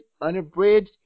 Unabridged